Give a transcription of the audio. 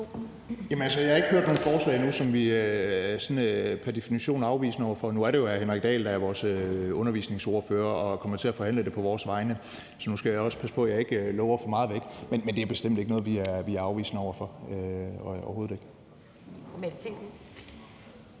Jeg har ikke hørt nogen forslag endnu, som vi sådan pr. definition er afvisende over for. Nu er det jo hr. Henrik Dahl, der er vores undervisningsordfører, og det er ham, der kommer til at forhandle det på vores vegne. Så nu skal jeg også passe på, at jeg ikke lover for meget, men det er bestemt ikke noget, vi er afvisende over for – overhovedet ikke. Kl.